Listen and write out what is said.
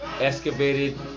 Excavated